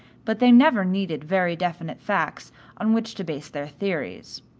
but they never needed very definite facts on which to base their theories.